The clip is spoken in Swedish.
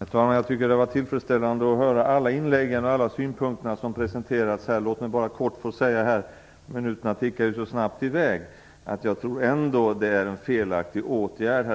Herr talman! Jag tycker att det var tillfredsställande att få höra alla de inlägg och synpunkter som här har presenterats. Låt mig bara kort få säga - minuterna tickar ju i väg så snabbt - att jag ändå tror att det är en felaktig åtgärd